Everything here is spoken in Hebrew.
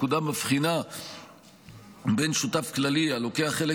הפקודה מבחינה בין שותף כללי הלוקח חלק